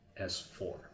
S4